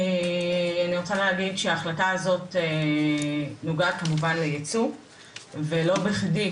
אני רוצה להגיד שההחלטה הזאת נוגעת כמובן לייצוא ולא בכדי,